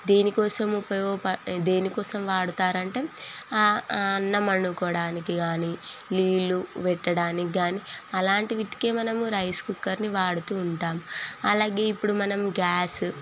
దేనికోసం ఉపయోగపడ దేనికోసం వాడతారు అంటే అన్నం వండుకోవడానికి కానీ నీళ్ళు పెట్టడానికి కానీ అలాంటి వాటికే మనం రైస్ కుక్కర్నీ వాడుతూ ఉంటాము అలాగే ఇప్పుడు మనం గ్యాస్